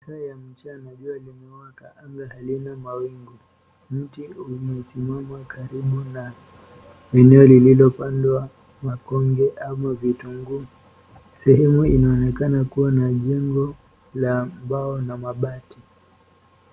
Masaa ya mchana. Jua limewaka. Anga halina mawingu. Mti umesimama karibu na eneo lililopandwa makonge ama vitunguu. Sehemu inaonekana kuwa na jengo la mbao na mabati.